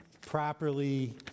properly